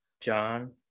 John